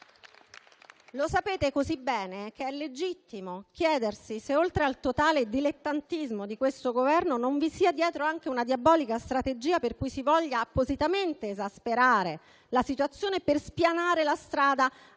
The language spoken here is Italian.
Lo sapete così bene che è legittimo chiedersi se, oltre al totale dilettantismo del Governo, non vi sia dietro anche una diabolica strategia per cui si voglia appositamente esasperare la situazione per spianare la strada